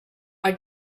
our